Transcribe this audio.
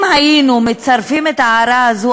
אם היינו מצרפים את ההערה הזו,